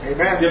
Amen